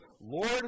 Lord